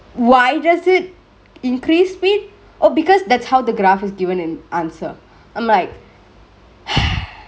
why does it increase speed oh because that's how the graph is given in answer I'm like